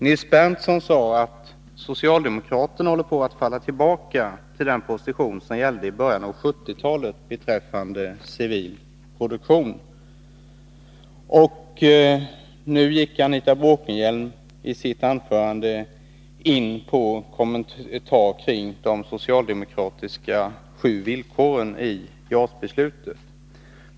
Nils Berndtson sade att socialdemokraterna håller på att falla tillbaka till den position som intogs i början av 1970-talet beträffande civil produktion. Och nu kommenterade Anita Bråkenhielm i sitt anförande de sju socialdemokratiska villkoren i JAS-beslutet.